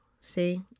See